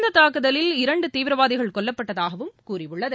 இந்த தாக்குதலில் இரண்டு தீவிரவாதிகள் கொல்லப்பட்டதாகவும் கூறியுள்ளது